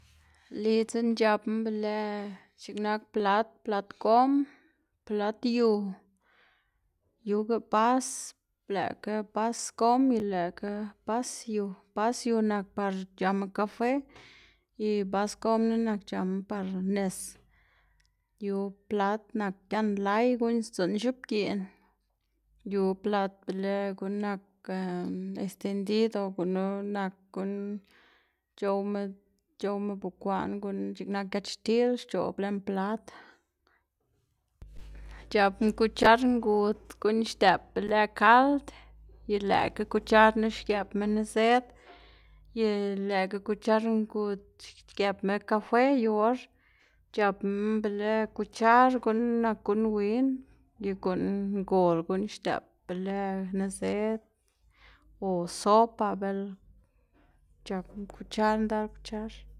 Lidzná c̲h̲apná be lë x̱iꞌk nak plat, plat gom, plat yu, yuga bas, lëꞌkga bas gom y lëꞌkga bas yu, bas yu nak par c̲h̲ama kafe y bas gomna nak par nis, yu plat nak gian lay guꞌn sdzuꞌn x̱oꞌbgiꞌn, yu plat be lëꞌ guꞌn nak extendido gunu nak guꞌn c̲h̲owma c̲h̲owma bekwaꞌn guꞌn c̲h̲iꞌk nak giatxtil xc̲h̲oꞌb lën plat, c̲h̲apná kuchar ngud guꞌn xdëꞌp be lë kald y lëꞌkga kuchar knu xgëpma nizëd y lëꞌkga kuchar ngud xgëpma kafe yu or, c̲h̲apná be lë kuchar guꞌn nak guꞌn win y guꞌn ngol guꞌn xdëꞌp be lë nizëd o sopa bel c̲h̲apná kwchar ndal kuchar.